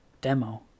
demo